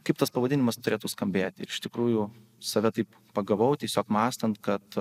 kaip tas pavadinimas turėtų skambėti ir iš tikrųjų save taip pagavau tiesiog mąstant kad